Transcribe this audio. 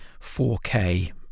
4K